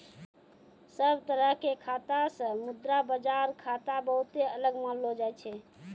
सब तरह के खाता से मुद्रा बाजार खाता बहुते अलग मानलो जाय छै